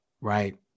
right